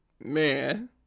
man